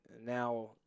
now